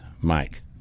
Mike